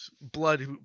blood